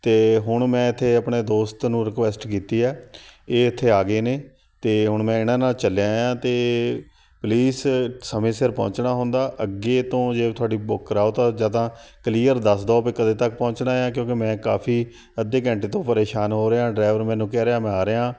ਅਤੇ ਹੁਣ ਮੈਂ ਇੱਥੇ ਆਪਣੇ ਦੋਸਤ ਨੂੰ ਰਿਕੁਐਸਟ ਕੀਤੀ ਹੈ ਇਹ ਇੱਥੇ ਆ ਗਏ ਨੇ ਅਤੇ ਹੁਣ ਮੈਂ ਇਹਨਾਂ ਨਾਲ ਚੱਲਿਆ ਹਾਂ ਅਤੇ ਪਲੀਸ ਸਮੇਂ ਸਿਰ ਪਹੁੰਚਣਾ ਹੁੰਦਾ ਅੱਗੇ ਤੋਂ ਜੇ ਤੁਹਾਡੀ ਬੁੱਕ ਕਰਵਾਉ ਤਾਂ ਜਾਂ ਤਾਂ ਕਲੀਅਰ ਦੱਸ ਦਿਉ ਵੀ ਕਦੋਂ ਤੱਕ ਪਹੁੰਚਣਾ ਆ ਕਿਉਂਕਿ ਮੈਂ ਕਾਫੀ ਅੱਧੇ ਘੰਟੇ ਤੋਂ ਪਰੇਸ਼ਾਨ ਹੋ ਰਿਹਾ ਡਰਾਈਵਰ ਮੈਨੂੰ ਕਹਿ ਰਿਹਾ ਮੈਂ ਆ ਰਿਹਾਂ